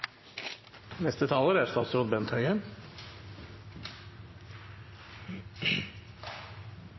Neste taler er